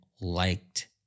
liked